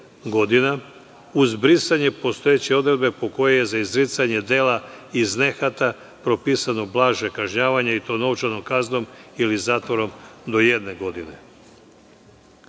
uz brisanje postojeće odredbe po kojoj je za izricanje dela iz nehata propisano blaže kažnjavanje i to novčanom kaznom ili zatvorom do jedne godine. Menja